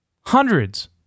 Hundreds